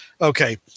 Okay